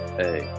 hey